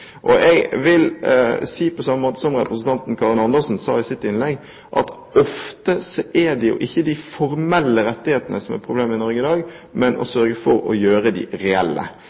ytterligere. Jeg vil si, på samme måte som representanten Karin Andersen sa i sitt innlegg, at ofte er det jo ikke de formelle rettighetene som er problemet i Norge i dag, men å sørge for å gjøre dem reelle.